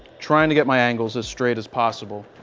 trying to get my angles as straight as possible.